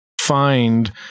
find